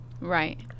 Right